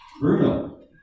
Bruno